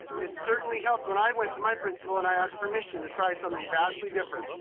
it's certainly helped when i went to my principal and i asked permission to try something vastly different.